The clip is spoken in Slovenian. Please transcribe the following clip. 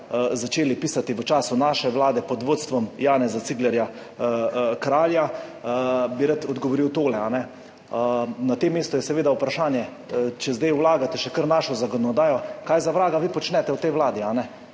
začeli pisati v času naše vlade pod vodstvom Janeza Ciglerja Kralja, bi rad odgovoril tole. Na tem mestu je seveda vprašanje, če zdaj še kar vlagate našo zakonodajo, kaj za vraga vi počnete v tej vladi?